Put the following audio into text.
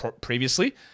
previously